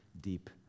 deep